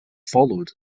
followed